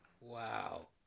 wow